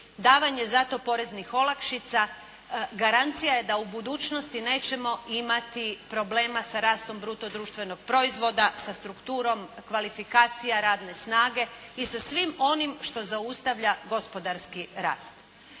davanje za to poreznih olakšica garancija je da u budućnosti nećemo imati problema sa rastom bruto društvenog proizvoda sa strukturom kvalifikacija radne snage i sa svim onim što zaustavlja gospodarski rast.